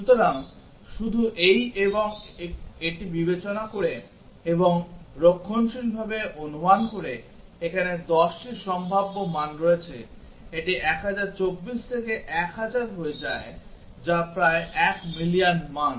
সুতরাং শুধু এই এবং এটি বিবেচনা করে এবং রক্ষণশীলভাবে অনুমান করে এখানে 10 টি সম্ভাব্য মান রয়েছে এটি 1024 থেকে 1000 হয়ে যায় যা প্রায় এক মিলিয়ন মান